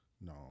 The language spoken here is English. No